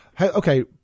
Okay